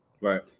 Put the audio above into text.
Right